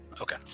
Okay